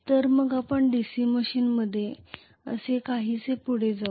तर मग आपण DC मशीनमध्ये असे काहीसे पुढे जाऊ